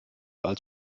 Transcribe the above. als